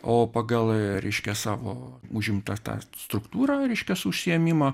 o pagal reiškia savo užimtą tą struktūrą reiškias užsiėmimo